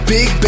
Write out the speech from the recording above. Big